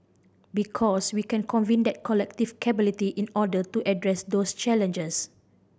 because we can convene that collective capability in order to address those challenges